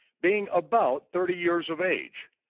being about thirty years of age,